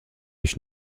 ich